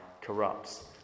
corrupts